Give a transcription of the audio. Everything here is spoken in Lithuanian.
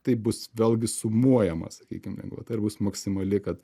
tai bus vėlgi sumuojama sakykim lengvata ir bus maksimali kad